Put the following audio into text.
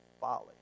folly